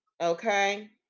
Okay